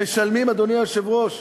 הם משלמים, אדוני היושב-ראש.